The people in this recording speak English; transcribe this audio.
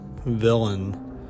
villain